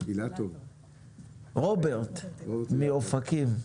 רוברט מאופקים.